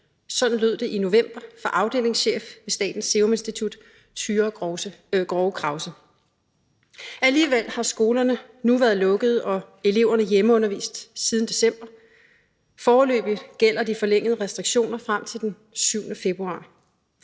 Sådan lød det i november fra afdelingschef i Statens Serum Institut Tyra Grove Krause. Alligevel har skolerne nu været lukkede og eleverne hjemmeundervist siden december. Foreløbig gælder de forlængede restriktioner frem til den 7. februar.